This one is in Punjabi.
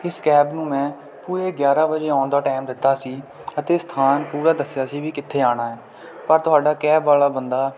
ਇਸ ਕੈਬ ਨੂੰ ਮੈਂ ਪੂਰੇ ਗਿਆਰਾਂ ਵਜੇ ਆਉਣ ਦਾ ਟਾਈਮ ਦਿੱਤਾ ਸੀ ਅਤੇ ਸਥਾਨ ਪੂਰਾ ਦੱਸਿਆ ਸੀ ਵੀ ਕਿੱਥੇ ਆਉਣਾ ਪਰ ਤੁਹਾਡਾ ਕੈਬ ਵਾਲਾ ਬੰਦਾ